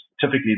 typically